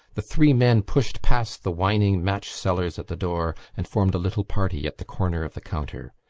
the three men pushed past the whining match-sellers at the door and formed a little party at the corner of the counter.